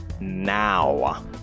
now